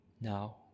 Now